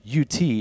UT